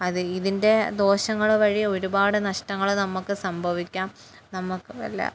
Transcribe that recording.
അത് ഇതിൻ്റെ ദോഷങ്ങൾ വഴി ഒരുപാട് നഷ്ടങ്ങൾ നമുക്ക് സംഭവിക്കാം നമുക്ക് വല്ല